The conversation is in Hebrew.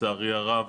לצערי הרב,